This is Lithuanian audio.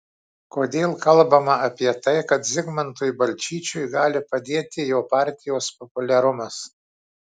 kodėl kalbama apie tai kad zigmantui balčyčiui gali padėti jo partijos populiarumas